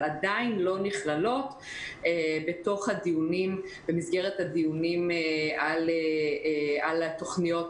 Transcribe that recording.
אבל עדיין לא נכללות במסגרת הדיונים על תכניות